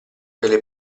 delle